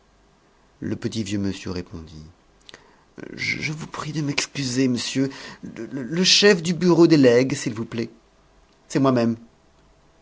le petit vieux monsieur répondit je vous prie de m'excuser monsieur le chef du bureau des legs s'il vous plaît c'est moi-même